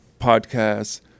podcasts